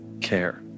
care